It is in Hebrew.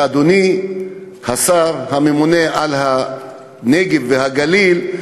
אדוני השר הממונה על הנגב והגליל,